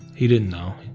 he didn't know